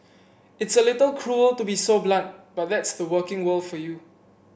it's a little cruel to be so blunt but that's the working world for you